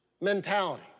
mentality